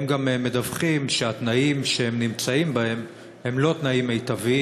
הם גם מדווחים שהתנאים שהם נמצאים בהם הם לא תנאים מיטביים.